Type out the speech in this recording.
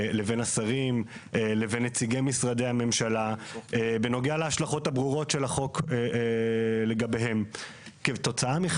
שחלק מכספי ההיטל ישמשו לסייע לאותם יצרנים שנפגעו כתוצאה מהחוק.